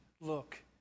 look